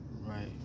right